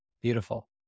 Beautiful